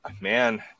Man